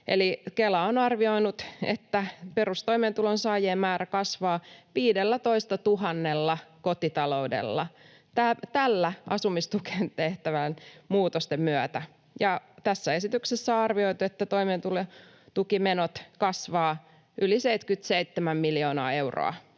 Kela on arvioinut, että perustoimeentulon saajien määrä kasvaa 15 000 kotitaloudella näiden asumistukeen tehtävien muutosten myötä. Tässä esityksessä on arvioitu, että toimeentulotukimenot kasvavat yli 77 miljoonaa euroa